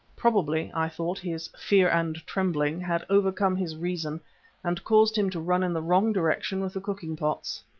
probably, i thought, his fear and trembling had overcome his reason and caused him to run in the wrong direction with the cooking-pots.